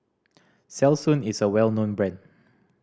Selsun is a well known brand